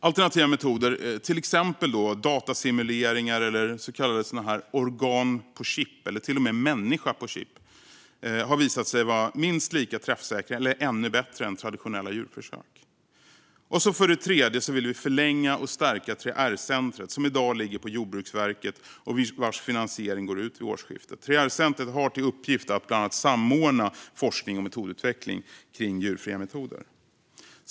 Alternativa metoder, till exempel datasimuleringar och så kallade organ-på-chip eller till och med människa-på-chip, har visat sig vara lika träffsäkra som traditionella djurförsök eller ännu bättre. För det tredje vill vi förlänga och stärka 3R-centret, som i dag ligger på Jordbruksverket och vars finansiering går ut vid årsskiftet. 3R-centret har till uppgift att bland annat samordna forskning och metodutveckling kring djurfria metoder.